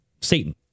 Satan